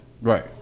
Right